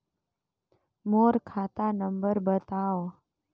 मोर खाता नम्बर बताव?